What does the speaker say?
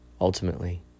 Ultimately